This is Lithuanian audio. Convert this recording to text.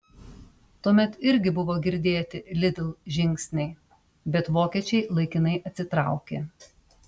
tuomet irgi buvo girdėti lidl žingsniai bet vokiečiai laikinai atsitraukė